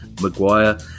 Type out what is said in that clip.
Maguire